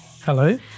Hello